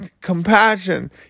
compassion